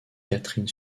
catherine